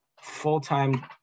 full-time